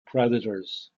predators